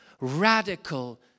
radical